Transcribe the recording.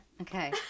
Okay